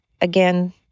again